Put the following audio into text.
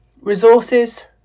resources